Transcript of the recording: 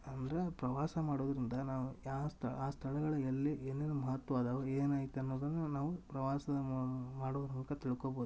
ಅಂದ್ರ ಪ್ರವಾಸ ಮಾಡುದರಿಂದ ನಾವು ಯಾವ ಸ್ತ ಆ ಸ್ಥಳಗಳಿಗ್ ಎಲ್ಲಿ ಏನೇನು ಮಹತ್ವ ಅದಾವು ಏನೈತ ಅನ್ನುದನ್ನ ನಾವು ಪ್ರವಾಸದ ಮೂ ಮಾಡುದ್ರ ಮೂಲಕ ತಿಳ್ಕೋಬೌದು